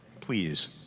Please